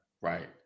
Right